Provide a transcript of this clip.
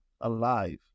alive